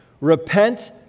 Repent